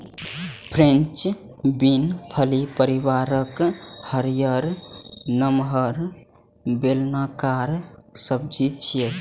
French bean फली परिवारक हरियर, नमहर, बेलनाकार सब्जी छियै